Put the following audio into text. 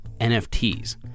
NFTs